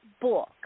book